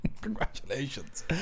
Congratulations